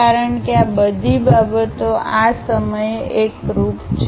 કારણ કે આ બધી બાબતો આ સમયે એકરુપ છે